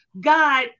God